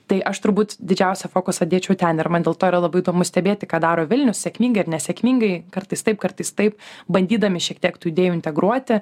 tai aš turbūt didžiausią fokusą dėčiau ten ir man dėl to yra labai įdomu stebėti ką daro vilnius sėkmingai ar nesėkmingai kartais taip kartais taip bandydami šiek tiek tų idėjų integruoti